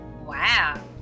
Wow